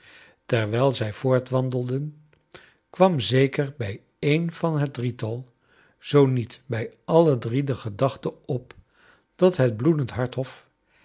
terwijl zij voortwandelden kwam zeker bij een van het drietal zoo niet bij alle drie de gedachte op dat het